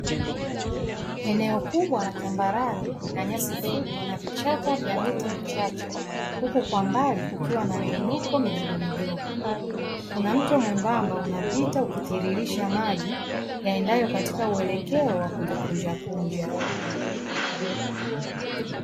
Eneo kubwa la tambarare linanyasi fupi na vichaka vya miti michache huku kwa mbali kukiwa na miinuko midogo midogo, kuna mto mwembamba unapita ukitiririsha maji yaendayo katika uwelekeo wa kujikunjakunja.